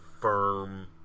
Firm